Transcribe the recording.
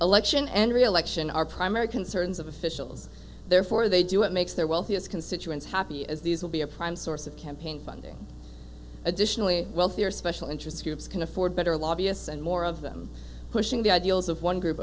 election and reelection are primary concerns of officials therefore they do what makes their wealthiest constituents happy as these will be a prime source of campaign funding additionally wealthier special interest groups can afford better lobbyists and more of them pushing the ideals of one group